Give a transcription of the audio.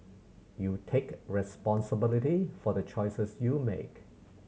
you take responsibility for the choices you make